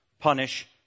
Punish